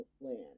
land